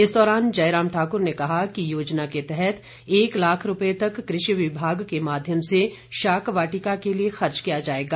इस दौरान जयराम ठाक्र ने कहा कि योजना के तहत एक लाख रुपये तक कृषि विभाग के माध्यम से शाक वाटिका के लिए खर्च किया जाएगा